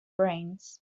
brains